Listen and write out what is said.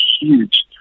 huge